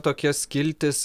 tokia skiltis